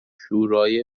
شورای